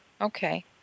Okay